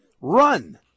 run